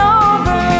over